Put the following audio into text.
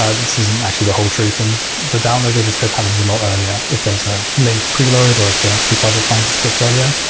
ah this isn't actually the whole truth. and the download of the script happens a lot earlier if there's a link preloaded, or if the preparser finds a script earlier.